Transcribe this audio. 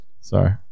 Sorry